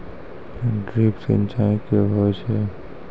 Drip सिंचाई कि होय छै?